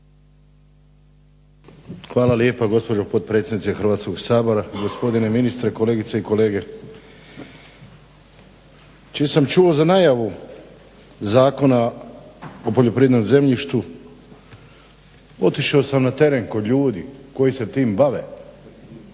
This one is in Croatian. Hvala lijepa gospođo potpredsjednice Hrvatskog sabora, gospodine ministre, kolegice i kolege. Čim sam čuo za najavu Zakona o poljoprivrednom zemljištu otišao sam na teren kod ljudi koji se tim bave,